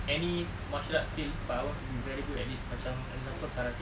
any martial art skill but I want to be very good at it macam example karate